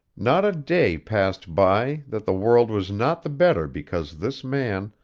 not a day passed by, that the world was not the better because this man,